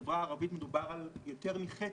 בחברה הערבית מדובר על יותר מחצי.